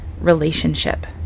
relationship